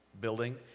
building